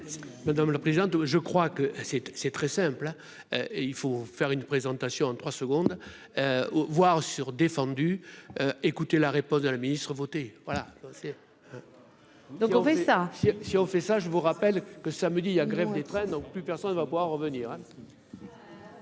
madame la présidente, je crois que c'est, c'est très simple et il faut faire une présentation en 3 secondes, voir sur défendu, écoutez la réponse de la ministre voilà. Donc fait ça, si on fait ça, je vous rappelle que samedi, il y a grève des trains, donc plus personne ne va pas revenir,